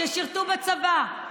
ששירתו בצבא,